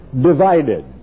divided